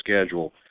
schedule